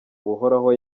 buhoraho